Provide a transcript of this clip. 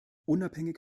unabhängig